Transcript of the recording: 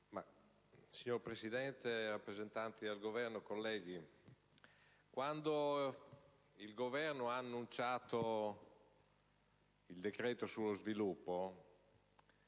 Signora Presidente, rappresentanti del Governo, colleghi, quando il Governo ha annunciato il decreto sullo sviluppo